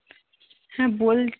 হ্যাঁ বল